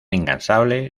incansable